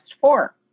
four